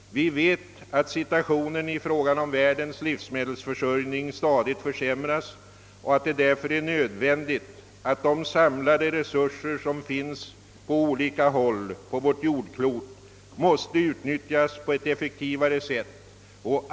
Vi vet att situationen i fråga om världens livsmedelsförsörjning stadigt försämras och att det därför är nödvändig! att de samlade resurser, som finns p:? olika håll i världen, utnyttjas på ett effektivare sätt.